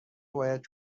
باید